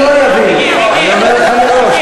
מה שהוא פחות עושה,